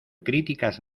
críticas